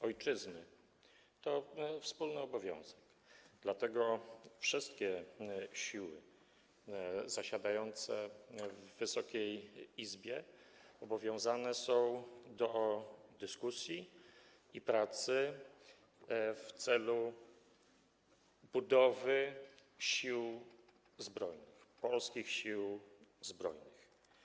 Obrona ojczyzny to wspólny obowiązek, dlatego wszystkie siły zasiadające w Wysokiej Izbie obowiązane są do dyskusji i pracy w celu budowy Sił Zbrojnych, polskich Sił Zbrojnych.